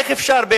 איך אפשר?